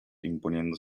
imponiendo